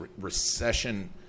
recession